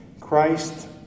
Christ